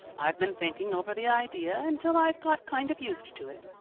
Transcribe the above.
i've been thinking over the idea until i've got kind of used to it.